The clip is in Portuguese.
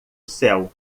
céu